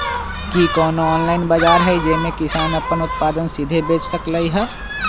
कि कोनो ऑनलाइन बाजार हइ जे में किसान अपन उत्पादन सीधे बेच सकलई ह?